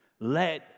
let